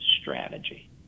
strategy